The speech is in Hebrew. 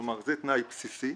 כלומר, זה תנאי בסיסי.